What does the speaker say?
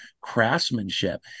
craftsmanship